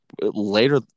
later